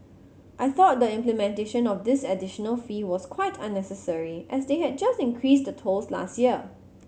I thought the implementation of this additional fee was quite unnecessary as they had just increased the tolls last year